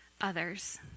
others